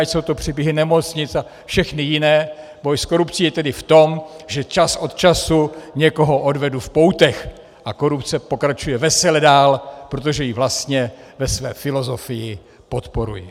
Ať jsou to příběhy nemocnic a všechny jiné, boj s korupcí je tedy v tom, že čas od času někoho odvedu v poutech a korupce pokračuje vesele dál, protože ji vlastně ve své filozofii podporuji.